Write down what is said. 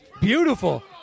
Beautiful